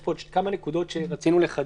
יש פה עוד כמה נקודות שרצינו לחדד.